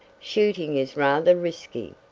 shooting is rather risky.